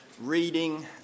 reading